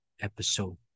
episode